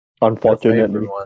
Unfortunately